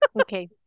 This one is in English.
okay